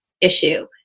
issue